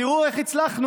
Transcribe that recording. תראו איך הצלחנו,